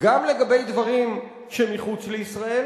גם לגבי דברים שמחוץ לישראל,